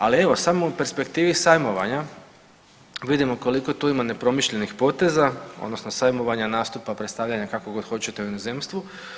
Ali evo, samo u perspektivi sajmovanja, vidimo koliko tu ima nepromišljenih poteza, odnosno sajmovanja, nastupa, predstavljanja, kako god hoćete, u inozemstvu.